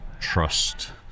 trust